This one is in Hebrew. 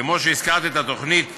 כמו שהזכרתי את התוכנית "אפשריבריא",